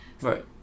right